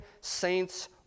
saints